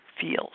feels